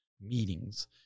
meetings